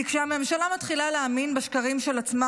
כי כשהממשלה מתחילה להאמין בשקרים של עצמה